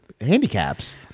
handicaps